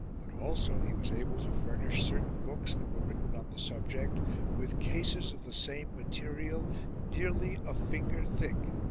but also he was able to furnish certain books that were written on the subject with cases of the same material nearly a finger thick.